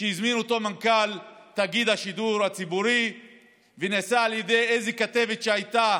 שהזמין מנכ"ל תאגיד השידור הציבורי ושנעשה על ידי איזו כתבת שהייתה